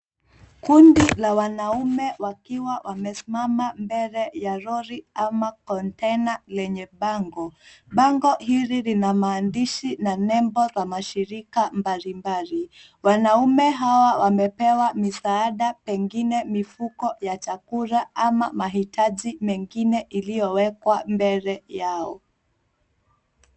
Kundi la wanaume wakiwa wamesimama mbele ya Lori ama kontena lenye bango. Bango hili lina maandishi na nembo za mashirika mbalimbali. Wanaume hawa wamepewa misaada pengine mifuko ya chakula ama mahitaji mengine iliyowekwa mbele yao.